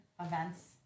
events